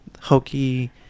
hokey